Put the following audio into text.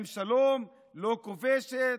עם שלום, לא כובשת,